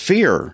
Fear